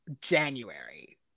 january